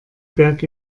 berg